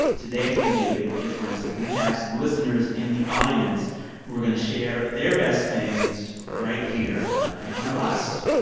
today, it's going to be a bit different. we have some listeners in the audience who are going to share their best things right here in front of us.